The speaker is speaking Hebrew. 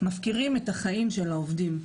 מפקירים את החיים של העובדים.